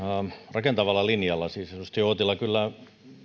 rakentavalla linjalla siis edustaja uotila kyllä